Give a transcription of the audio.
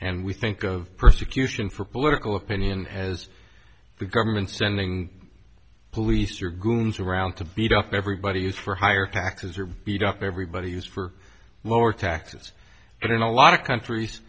and we think of persecution for political opinion as the government sending police or glooms around to beat up everybody is for higher taxes or beat up everybody who's for lower taxes but in a lot of countries